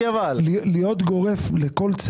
למה שם המדינה לא תסייע לי?